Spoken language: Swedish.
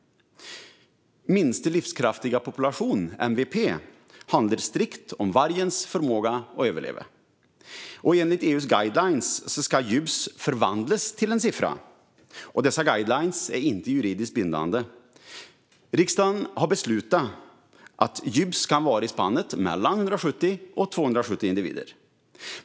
Minsta livskraftiga population, MVP, handlar strikt om vargens förmåga att överleva. Enligt EU:s guidelines ska GYBS förvandlas till en siffra. Dessa guidelines är inte juridiskt bindande. Riksdagen har beslutat att GYBS kan vara i spannet 170-270 individer.